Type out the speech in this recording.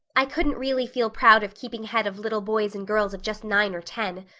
i couldn't really feel proud of keeping head of little boys and girls of just nine or ten.